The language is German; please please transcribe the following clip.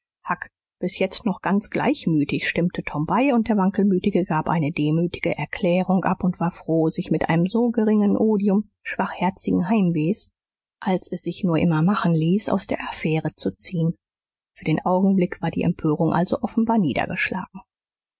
bis jetzt noch ganz gleichmütig stimmte tom bei und der wankelmütige gab eine demütige erklärung ab und war froh sich mit einem so geringen odium schwachherzigen heimwehs als es sich nur immer machen ließ aus der affäre zu ziehen für den augenblick war die empörung also offenbar niedergeschlagen